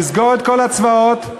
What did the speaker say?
לסגור את כל הצבאות,